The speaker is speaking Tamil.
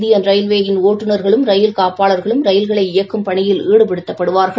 இந்தியன் ரயில்வேயின் ஒட்டுநர்களும் ரயில் காப்பாளர்களும் ரயில்களை இயக்கும் பணியில் ஈடுபடுத்தப்படுவார்கள்